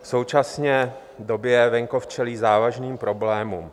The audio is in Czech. V současné době venkov čelí závažným problémům.